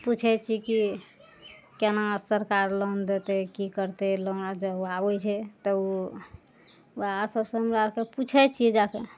पुछै छियै कि केना सरकार लोन देतै की करतै लोन जब आबै छै तब वएह सबसे हमरा आरके पुछै छियै जाकऽ